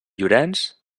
llorenç